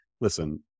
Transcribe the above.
listen